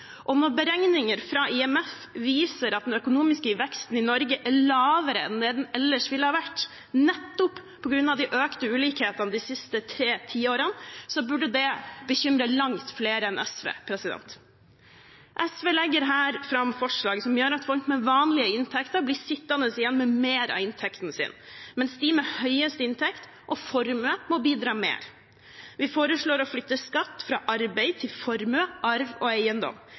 og når beregninger fra IMF viser at den økonomiske veksten i Norge er lavere enn det den ellers ville ha vært, nettopp på grunn av de økte ulikhetene de siste tre tiårene, burde det bekymre langt flere enn SV. SV legger her fram forslag som gjør at folk med vanlige inntekter blir sittende igjen med mer av inntektene sine, mens de med høyest inntekt og formue må bidra mer. Vi foreslår å flytte skatt fra arbeid til formue, arv og eiendom.